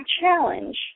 challenge